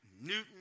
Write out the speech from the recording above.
Newton